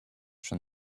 from